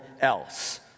else